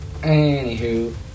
Anywho